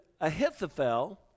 Ahithophel